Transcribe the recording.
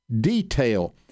detail